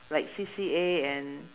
like C_C_A and